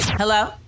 hello